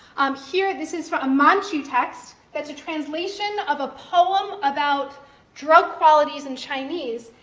um here, this is from a manchu text that's a translation of a poem about drug qualities in chinese,